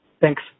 Thanks